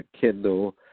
Kindle